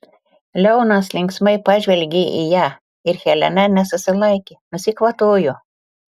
leonas linksmai pažvelgė į ją ir helena nesusilaikė nusikvatojo